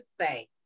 say